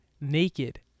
naked